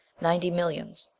ninety millions,